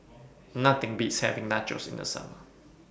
Nothing Beats having Nachos in The Summer